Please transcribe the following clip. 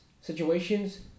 Situations